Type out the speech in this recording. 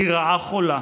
היא רעה חולה.